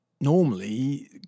normally